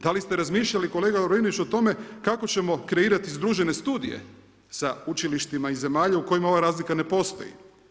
Da li ste razmišljali kolega Lovrinović o tome kako ćemo kreirati združene studije sa učilištima iz zemalja u kojima ova razlika ne postoji?